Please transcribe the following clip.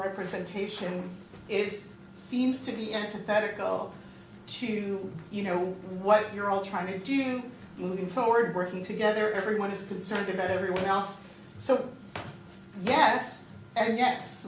representation it seems to be antithetical to you know what you're all trying to do you moving forward working together everyone is concerned about everyone else so yes and ye